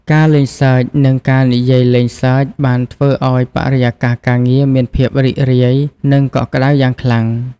ការលេងសើចនិងការនិយាយលេងសើចបានធ្វើឲ្យបរិយាកាសការងារមានភាពរីករាយនិងកក់ក្តៅយ៉ាងខ្លាំង។